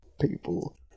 people